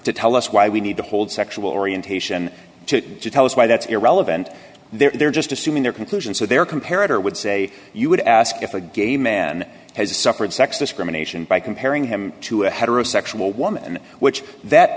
to tell us why we need to hold sexual orientation to tell us why that's irrelevant they're just assuming their conclusion so they're comparing her would say you would ask if a gay man has suffered sex discrimination by comparing him to a heterosexual woman in which that